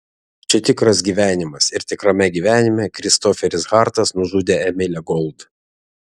čia tikras gyvenimas ir tikrame gyvenime kristoferis hartas nužudė emilę gold